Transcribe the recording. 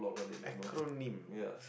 acronym